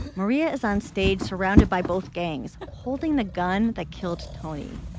maria is onstage, surrounded by both gangs holding the gun that killed tony.